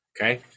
Okay